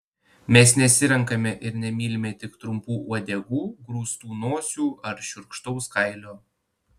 mes nesirenkame ir nemylime tik trumpų uodegų grūstų nosių ar šiurkštaus kailio